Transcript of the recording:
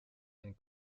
and